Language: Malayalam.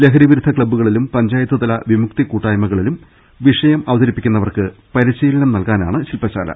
ലഹരിവി രുദ്ധ ക്ലബ്ബുകളിലും പഞ്ചായത്തുതല വിമുക്തി കൂട്ടായ്മകളിലും വിഷയം അവതരിപ്പിക്കുന്നവർക്ക് പരിശീലനം നൽകാനാണ് ശിൽപ ശാല